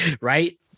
right